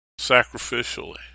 sacrificially